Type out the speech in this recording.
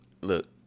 Look